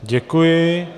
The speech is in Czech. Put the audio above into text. Děkuji.